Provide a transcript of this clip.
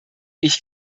ich